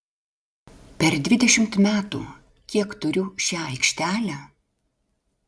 per dvidešimt metų kiek turiu šią aikštelę